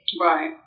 Right